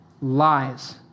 lies